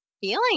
feeling